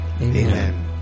Amen